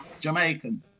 Jamaican